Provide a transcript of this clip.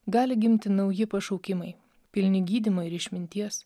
gali gimti nauji pašaukimai pilni gydymo ir išminties